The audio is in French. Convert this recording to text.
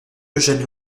eugène